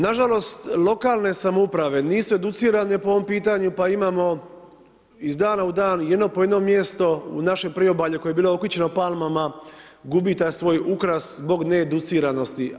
Nažalost, lokalne samouprave, nisu educirane po ovom pitanju, pa imamo iz dana u dan, jedno po jedno mjesto, u našem priobalju koje je bilo okićeno palmama, gubi taj svoj ukras, zbog needuciranosti.